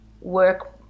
work